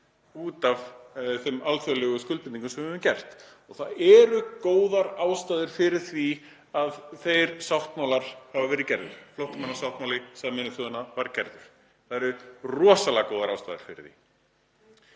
út af þeim alþjóðlegu skuldbindingum sem við höfum gert. Það eru góðar ástæður fyrir því að þeir sáttmálar hafa verið gerðir, að flóttamannasáttmáli Sameinuðu þjóðanna var gerður. Það eru rosalega góðar ástæður fyrir því